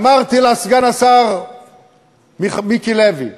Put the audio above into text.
ואמרתי לסגן השר מיקי לוי: